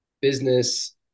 business